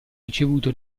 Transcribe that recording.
ricevuto